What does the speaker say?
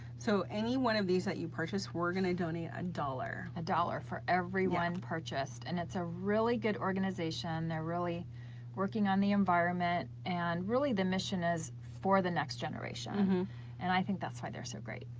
so, any one of these that you purchase we're gonna donate a and dollar. a dollar for every one purchased. and it's a really good organization they're really working on the environment and really the mission is for the next generation and i think that's why they're so great.